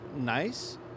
nice